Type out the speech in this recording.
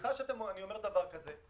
סליחה שאני אומר דבר כזה,